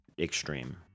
extreme